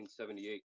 1978